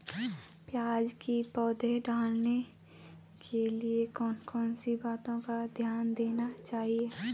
प्याज़ की पौध डालने के लिए कौन कौन सी बातों का ध्यान देना चाहिए?